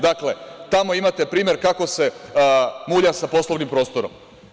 Dakle, tamo imate primer kako se mulja sa poslovnim prostorom.